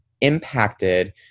impacted